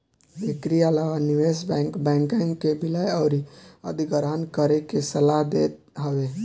एकरी अलावा निवेश बैंक, बैंकन के विलय अउरी अधिग्रहण करे के सलाह देत हवे